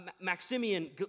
Maximian